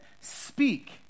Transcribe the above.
Speak